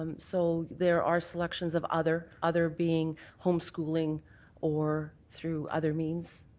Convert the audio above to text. so there are selections of other. other being home-schooling or through other means.